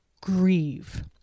grieve